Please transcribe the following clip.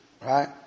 Right